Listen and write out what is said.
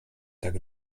tak